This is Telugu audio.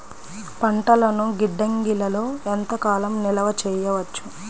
పంటలను గిడ్డంగిలలో ఎంత కాలం నిలవ చెయ్యవచ్చు?